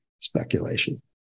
speculation